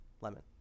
Lemon